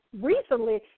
recently